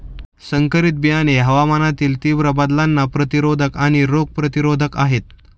संकरित बियाणे हवामानातील तीव्र बदलांना प्रतिरोधक आणि रोग प्रतिरोधक आहेत